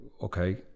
okay